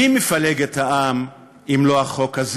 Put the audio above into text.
מי מפלג את העם אם לא החוק הזה?